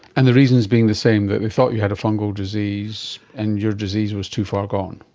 and the reasons being the same, that they thought you had a fungal disease and your disease was too far gone.